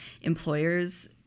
employers